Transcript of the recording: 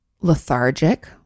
lethargic